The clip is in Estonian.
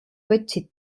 võtsid